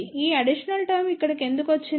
ఈ additional term ఇక్కడ ఎందుకు వచ్చింది